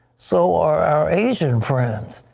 so are our asian friends.